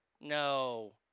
No